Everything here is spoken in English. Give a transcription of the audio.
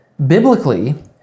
Biblically